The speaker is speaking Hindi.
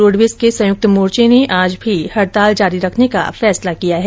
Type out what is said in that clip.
रोडवेज के संयुक्त मोर्चे ने आज भी हडताल जारी रखने का फैसला किया है